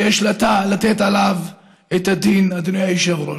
שיש לתת עליו את הדין, אדוני היושב-ראש.